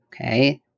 Okay